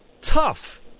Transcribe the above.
tough